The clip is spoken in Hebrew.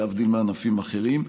להבדיל מענפים אחרים.